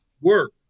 work